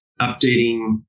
updating